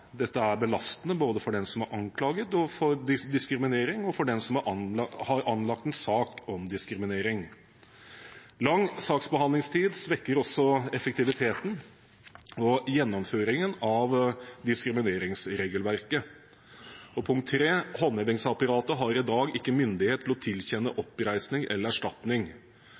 Dette er belastende både for den som er anklaget for diskriminering, og for den som har anlagt en sak om diskriminering. Lang saksbehandlingstid svekker også effektiviteten og gjennomføringen av diskrimineringsregelverket. Håndhevingsapparatet har i dag ikke myndighet til å tilkjenne oppreisning eller erstatning.